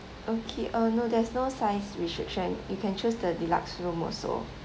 okay uh no there's no size restriction you can choose the deluxe room also